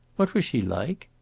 what was she like?